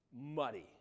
muddy